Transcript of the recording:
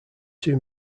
two